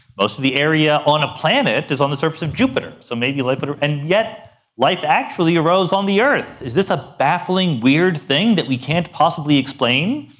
most of the area on a planet is on the surface of jupiter, so maybe life, but and yet life actually arose on the earth. is this a baffling, weird thing that we can't possibly explain?